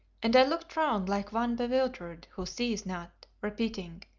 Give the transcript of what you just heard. and i looked round like one bewildered who sees not, repeating,